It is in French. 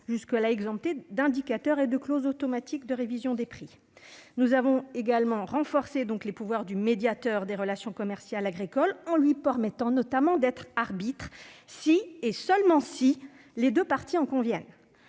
jusque-là exemptés d'indicateurs et de clauses automatiques de révision des prix. Nous avons également renforcé les pouvoirs du médiateur des relations commerciales agricoles, en lui permettant notamment d'être arbitre, si et seulement si les deux parties en conviennent.